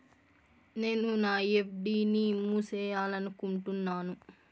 నేను నా ఎఫ్.డి ని మూసేయాలనుకుంటున్నాను